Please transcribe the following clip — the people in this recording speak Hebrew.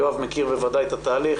יואב בוודאי מכיר את התהליך,